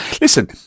Listen